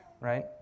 right